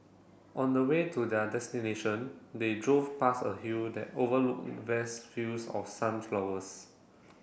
on the way to their destination they drove past a hill that overlooked vast fields of sunflowers